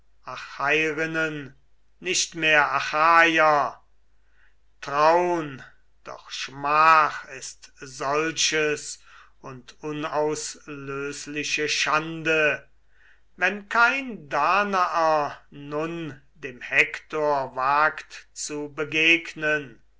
achairinnen nicht mehr achaier traun doch schmach ist solches und unauslöschliche schande wenn kein danaer nun dem hektor wagt zu begegnen